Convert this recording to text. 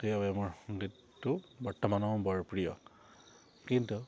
সেইবাবে মোৰ সংগীতটো বৰ্তমানো বৰ প্ৰিয় কিন্তু